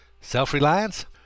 Self-reliance